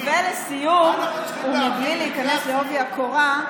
ולסיום, ובלי להיכנס בעובי הקורה,